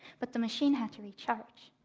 but the machine had to be charged,